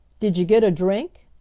did you get a drink?